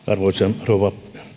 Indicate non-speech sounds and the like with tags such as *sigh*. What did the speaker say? *unintelligible* arvoisa rouva